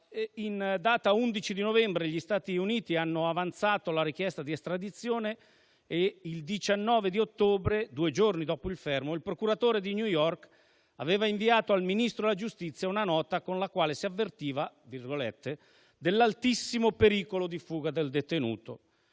in data 11 novembre gli Stati Uniti hanno avanzato la richiesta di estradizione e il 19 ottobre, due giorni dopo il fermo, il procuratore di New York aveva inviato al Ministro della giustizia una nota con la quale si avvertiva «dell'altissimo pericolo di fuga del detenuto».